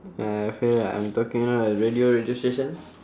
I feel like I'm talking you know like radio radio station